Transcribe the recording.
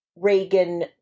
Reagan